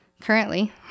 currently